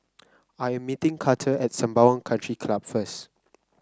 I am meeting Karter at Sembawang Country Club first